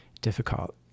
difficult